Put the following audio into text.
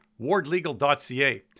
wardlegal.ca